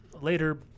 later